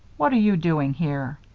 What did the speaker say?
what are you doing here?